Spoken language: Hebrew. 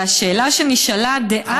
והשאלה שנשאלה דאז,